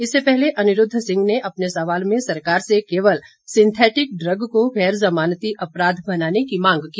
इससे पहले अनिरूद्व सिंह ने अपने सवाल में सरकार से केवल सिंथेटिक ड्रग को गैर जमानती अपराध बनाने की मांग की